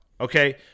Okay